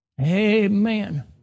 Amen